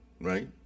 Right